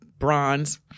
bronze